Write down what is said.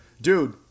Dude